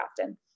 often